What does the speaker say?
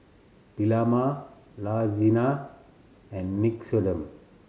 Dilmah La Senza and Nixoderm